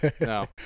No